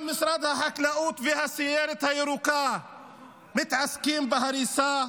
גם משרד החקלאות והסיירת הירוקה מתעסקים בהריסה,